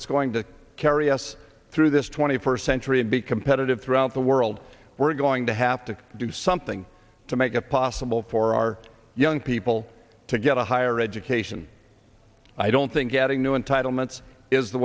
that's going to carry us through this twenty first century and be competitive throughout the world we're going to have to do something to make it possible for our young people to get a higher edge cation i don't think getting new entitlements is the